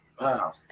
Wow